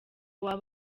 woba